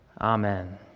amen